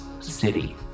city